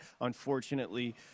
unfortunately